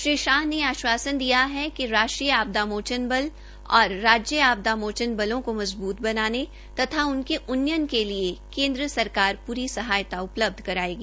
श्री शाह ने आश्वासन दिया है कि राष्ट्रीय आपदा मोचन बल एनडीआरएफ और राज्य आपदा मोचन बलोंको मजबूत बनाने तथा उनके उन्नयन के लिए केन्द्र सरकार पूरी सहायता उपलब्ध करायेगी